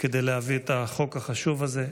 כדי להביא את החוק החשוב הזה.